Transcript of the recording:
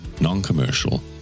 Non-Commercial